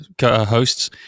hosts